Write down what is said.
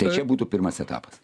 tai čia būtų pirmas etapas